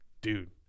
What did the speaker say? dude